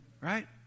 right